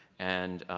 and